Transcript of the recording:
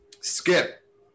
skip